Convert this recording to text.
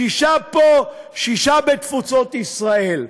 שישה פה ושישה בתפוצות ישראל.